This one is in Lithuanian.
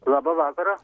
labą vakarą